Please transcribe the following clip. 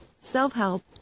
Self-help